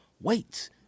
wait